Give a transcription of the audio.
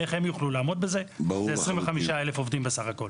מדובר ב-25 אלף עובדים בסך הכול.